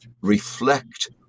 reflect